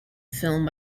film